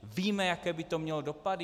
Víme, jaké by to mělo dopady?